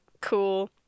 cool